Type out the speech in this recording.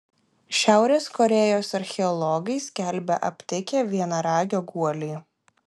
šiaurės korėjos archeologai skelbia aptikę vienaragio guolį